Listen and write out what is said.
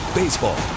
baseball